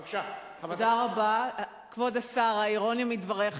בבקשה, חברת הכנסת וילף.